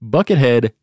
Buckethead